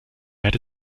hätte